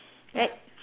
right